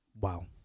Wow